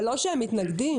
אבל לא שהם מתנגדים.